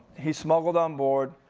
he smuggled on board,